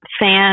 fan